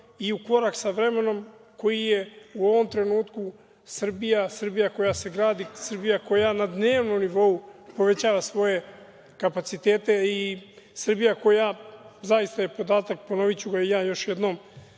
i u korak sa vremenom koji je u ovom trenutku Srbija koja se gradi, Srbija koja na dnevnom nivou povećava svoje kapacitete i Srbija koja, zaista je podatak, ponoviću ga i ja još jednom,